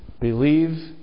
Believe